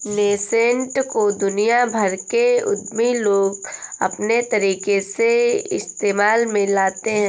nascent को दुनिया भर के उद्यमी लोग अपने तरीके से इस्तेमाल में लाते हैं